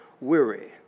weary